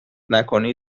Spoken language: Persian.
نکنی